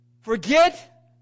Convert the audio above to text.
forget